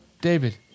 David